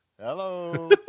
Hello